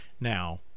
Now